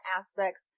aspects